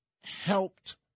helped